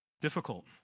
difficult